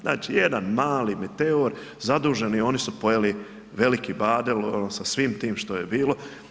Znači, jedan mali meteor zaduženi, oni su pojeli veliki Badel sa svim tim što je bilo.